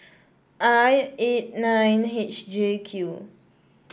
I eight nine H J Q